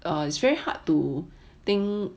it's very hard to think